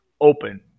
open